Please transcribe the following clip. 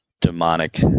demonic